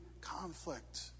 conflict